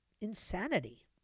insanity